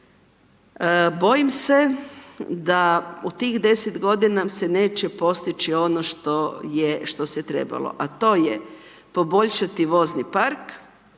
bojim se da u tih 10 g. nam se neće postići ono što se trebalo a to je poboljšati vozni park,